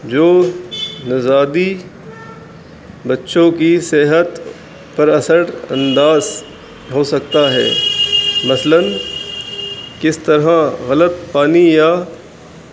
جو نزادی بچوں کی صحت پر اثر انداز ہو سکتا ہے مثلاً کس طرح غلط پانی یا